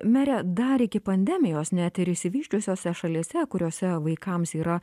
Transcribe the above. mere dar iki pandemijos net ir išsivysčiusiose šalyse kuriose vaikams yra